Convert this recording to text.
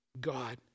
God